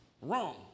wrong